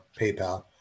PayPal